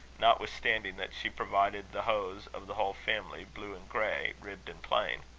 notwithstanding that she provided the hose of the whole family, blue and grey, ribbed and plain.